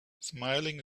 smiling